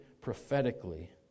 prophetically